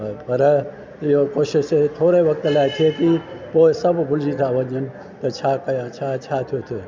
पर इहा कोशिशि थोरे वक़्त लाए अचे थी पोइ सभु भुलिजी था वञनि त छा कया छा छा थिए थो